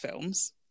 films